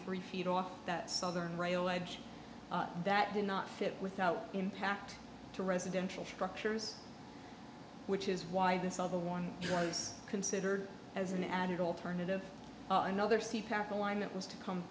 three feet off that southern rail edge that did not fit without impact to residential structures which is why this other one drives considered as an added alternative another see powerful line that was to come